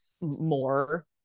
more